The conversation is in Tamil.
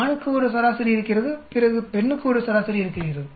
ஆணுக்கு ஒரு சராசரி இருக்கிறது பிறகு பெண்ணுக்கு ஒரு சராசரி இருக்கிறது